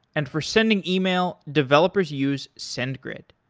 and for sending yeah e-mail, developers use sendgrid.